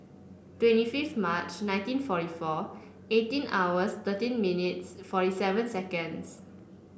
twenty fifth March nineteen forty four eighteen hours thirteen minutes forty seven seconds